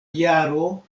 jaro